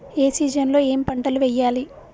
ఏ season లో ఏం పంటలు వెయ్యాలి?